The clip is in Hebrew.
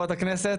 חברות הכנסת,